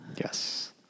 Yes